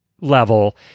level